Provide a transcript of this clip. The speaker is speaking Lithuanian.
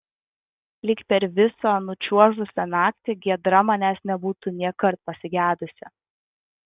lyg per visą nučiuožusią naktį giedra manęs nebūtų nėkart pasigedusi